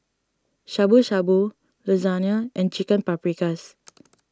Shabu Shabu Lasagne and Chicken Paprikas